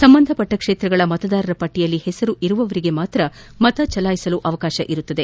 ಸಂಬಂಧಪಟ್ಟ ಕ್ಷೇತ್ರಗಳ ಮತದಾರರಪಟ್ಟಿಯಲ್ಲಿ ಹೆಸರು ಹೊಂದಿರುವವರಿಗೆ ಮಾತ್ರ ಮತಚಲಾಯಿಸಲು ಅವಕಾಶವಿರುತ್ತದೆ